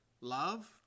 love